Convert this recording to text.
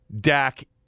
Dak